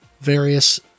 various